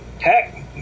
heck